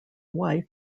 wife